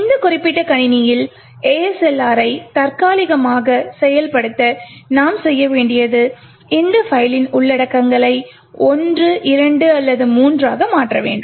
இந்த குறிப்பிட்ட கணினியில் ASLR ஐ தற்காலிகமாக செயல்படுத்த நாம் செய்ய வேண்டியது இந்த பைலின் உள்ளடக்கங்களை 1 2 அல்லது 3 ஆக மாற்ற வேண்டும்